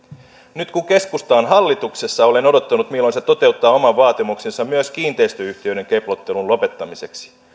nyt kun keskusta on hallituksessa olen odottanut milloin se toteuttaa oman vaatimuksensa myös kiinteistöyhtiöiden keplottelun lopettamiseksi